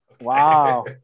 Wow